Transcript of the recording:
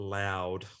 loud